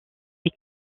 est